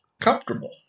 comfortable